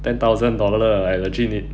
ten thousand dollar I legit need